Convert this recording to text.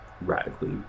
radically